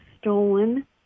stolen